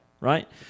right